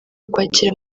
kwakira